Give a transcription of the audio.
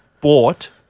bought